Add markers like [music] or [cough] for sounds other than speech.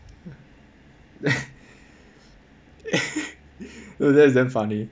[laughs] dude that's damn funny